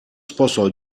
sposò